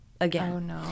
again